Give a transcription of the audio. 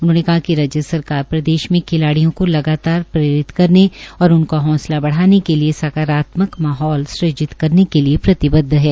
उन्होंने कहा कि राज्य सरकार प्रदेश में खिलाडिय़ों को लगातार प्रेरित करने और उनका हौसला बढ़ाने के लिए सकारात्मक माहौल सृजित करने के लिए प्रतिबद्घ है